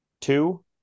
two